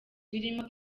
birimo